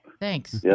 Thanks